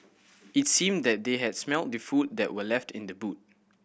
it seemed that they had smelt the food that were left in the boot